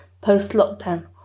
post-lockdown